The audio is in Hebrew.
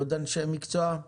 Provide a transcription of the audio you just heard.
עוד אנשי מקצוע?